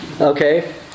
Okay